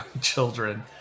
children